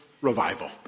revival